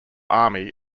army